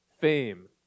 fame